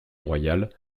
royal